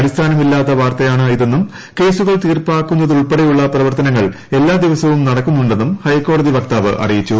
അടിസ്ഥാനമില്ലാത്ത വാർത്തയാണിതെന്നും കേസുകൾ തീർപ്പാക്കുന്നതുൾപ്പെടെയുള്ള പ്രവർത്തനങ്ങൾ എല്ലാ ദിവസവും നടക്കുന്നു െ ന്നും ഹൈക്കോടതി വക്താവ് അറിയിച്ചു